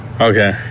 Okay